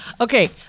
Okay